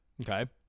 okay